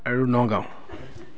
আৰু নগাঁও